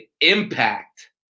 impact